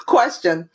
Question